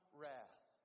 wrath